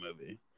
movie